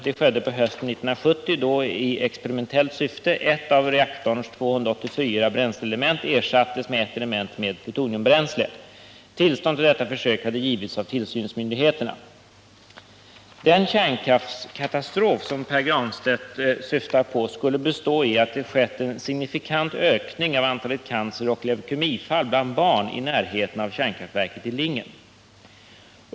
Detta skedde på hösten 1970 då, i experimentellt syfte, ett av reaktorns 284 bränsleelement ersattes med ett element med plutoniumbränsle. Tillstånd till detta försök hade givits av tillsynsmyndigheterna. Den kärnkraftskatastrof som Pär Granstedt syftar på skulle bestå i att det har skett en signifikant ökning av antalet canceroch leukemifall bland barn i närheten av kärnkraftverket i Lingen.